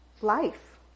life